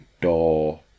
door